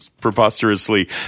preposterously